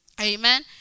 Amen